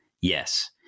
yes